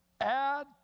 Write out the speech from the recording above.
Add